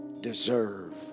deserve